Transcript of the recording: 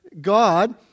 God